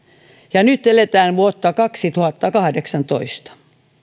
ja nyt eletään vuotta kaksituhattakahdeksantoista